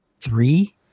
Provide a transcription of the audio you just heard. three